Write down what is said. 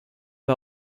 war